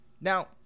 now